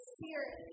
Spirit